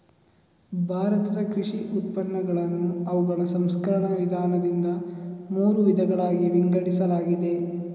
ಭಾರತದ ಕೃಷಿ ಉತ್ಪನ್ನಗಳನ್ನು ಅವುಗಳ ಸಂಸ್ಕರಣ ವಿಧಾನದಿಂದ ಮೂರು ವಿಧಗಳಾಗಿ ವಿಂಗಡಿಸಲಾಗಿದೆ